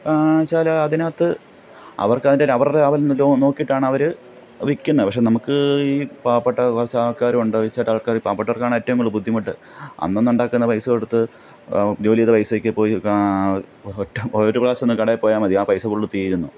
വെച്ചാൽ അതിനകത്ത് അവർക്കതിൻറ്റെ അവരുടെ ലാഭം നോക്കിയിട്ടാണ് അവർ വിൽക്കുന്നത് പക്ഷെ നമുക്ക് ഈ പാവപ്പെട്ട കുറച്ചാൾക്കാരുമുണ്ട് ചിലയാൾക്കാർ പാവപ്പെട്ടവർക്കാണേറ്റവും കൂടുതൽ ബുദ്ധിമുട്ട് അന്നന്നുണ്ടാക്കുന്ന പൈസ കൊടുത്ത് ജോലി ചെയ്ത പൈസക്കു പോയി ഒറ്റ ഒരു പ്രാവശ്യം ഒന്നു കടയിൽ പോയാൽ മതി ആ പൈസ ഫുള്ള് തീരുന്നു